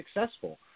successful